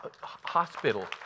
hospital